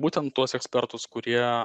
būtent tuos ekspertus kurie